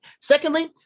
Secondly